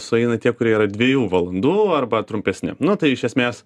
sueina tie kurie yra dviejų valandų arba trumpesni nu tai iš esmės